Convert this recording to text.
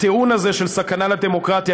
הטיעון של סכנה לדמוקרטיה.